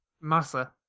Massa